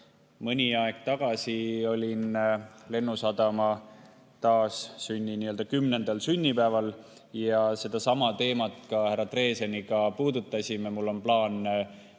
Mõni aeg tagasi olin Lennusadama taassünni kümnendal sünnipäeval ja sedasama teemat ka härra Dreseniga puudutasime. Mul on plaan leida